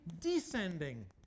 descending